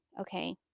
okay